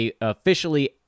officially